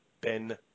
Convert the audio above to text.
Ben